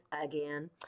again